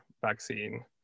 vaccine